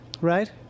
right